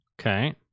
Okay